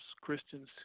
Christians